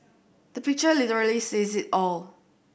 the picture literally says it all